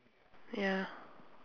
ya